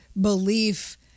belief